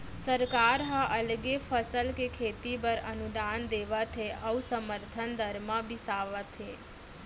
सरकार ह अलगे फसल के खेती बर अनुदान देवत हे अउ समरथन दर म बिसावत हे